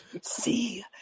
See